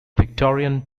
victorian